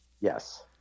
Yes